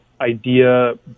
idea